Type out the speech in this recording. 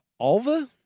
Alva